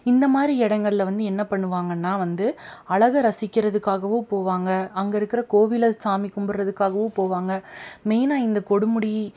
இந்த மாதிரி இடங்கள்ல வந்து என்ன பண்ணுவாங்கன்னால் வந்து அழகை ரசிக்கிறதுக்காகவும் போவாங்க அங்கே இருக்கிற கோவிலில் சாமி கும்பிட்றதுக்காகவும் போவாங்க மெயினாக இந்த கொடுமுடி